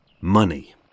Money